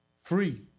Free